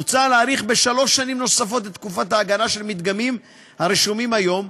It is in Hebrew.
מוצע להאריך בשלוש שנים נוספות את תקופת ההגנה של מדגמים הרשומים היום,